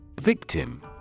Victim